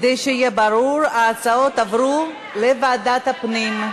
כדי שיהיה ברור, ההצעות עברו לוועדת הפנים.